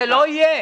זה לא יהיה.